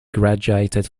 graduated